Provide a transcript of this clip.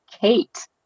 Kate